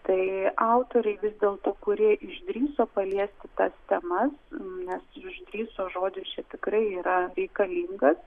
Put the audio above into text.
tai autoriai vis dėlto kurie išdrįso paliesti tas temas nes išdrįso žodis čia tikrai yra reikalingas